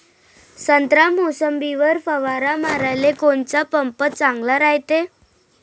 संत्रा, मोसंबीवर फवारा माराले कोनचा पंप चांगला रायते?